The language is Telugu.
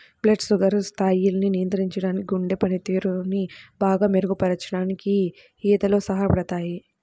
బ్లడ్ షుగర్ స్థాయిల్ని నియంత్రించడానికి, గుండె పనితీరుని బాగా మెరుగుపరచడానికి యీ ఊదలు సహాయపడతయ్యి